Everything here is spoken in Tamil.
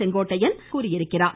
செங்கோட்டையன் தெரிவித்துள்ளார்